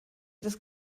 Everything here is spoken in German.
das